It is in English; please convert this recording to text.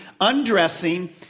undressing